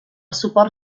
suport